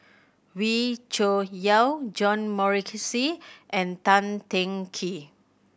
Wee Cho Yaw John Morrice and Tan Teng Kee